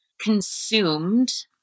consumed